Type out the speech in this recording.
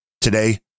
today